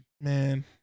man